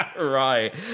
Right